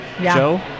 Joe